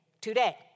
today